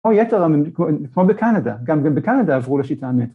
כמו יתר, ‫כמו בקנדה, ‫גם בקנדה עברו לשיטה המטרית.